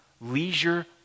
leisure